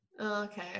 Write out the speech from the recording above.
Okay